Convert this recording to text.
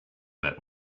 that